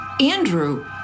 Andrew